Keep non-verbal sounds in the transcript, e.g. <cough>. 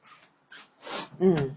<breath> mm